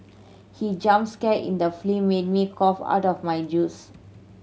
he jump scare in the made me cough out my juice